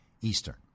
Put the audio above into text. Eastern